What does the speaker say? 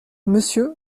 monsieur